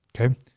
okay